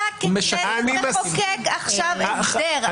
אתה מחוקק עכשיו הסדר.